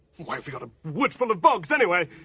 why have we got a wood full of bogs anyway?